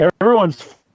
everyone's